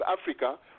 Africa